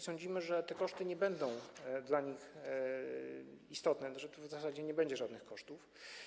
Sądzimy, że te koszty nie będą dla nich istotne, że w zasadzie nie będzie tu żadnych kosztów.